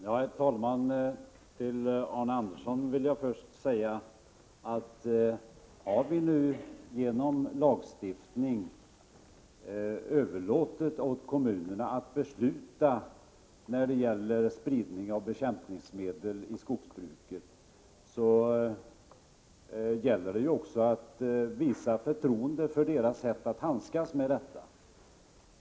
Herr talman! Har vi, Arne Andersson i Ljung, genom lagstiftning överlåtit åt kommunerna att besluta om spridningen av bekämpningsmedel i skogsbruket, gäller det också att vi visar förtroende för deras sätt att handskas med detta.